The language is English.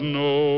no